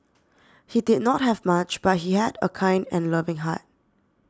he did not have much but he had a kind and loving heart